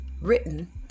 written